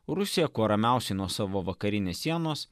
rusija kuo ramiausiai nuo savo vakarinės sienos